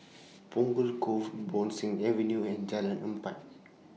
Punggol Cove Bo Seng Avenue and Jalan Empat